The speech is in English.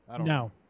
No